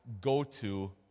go-to